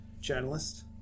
journalist